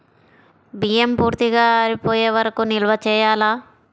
బియ్యం పూర్తిగా ఆరిపోయే వరకు నిల్వ చేయాలా?